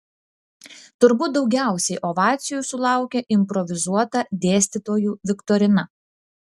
turbūt daugiausiai ovacijų sulaukė improvizuota dėstytojų viktorina